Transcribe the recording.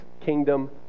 Kingdom